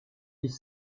dix